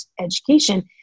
education